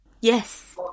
Yes